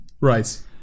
Right